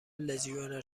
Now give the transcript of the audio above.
لژیونر